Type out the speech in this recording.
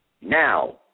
Now